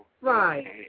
right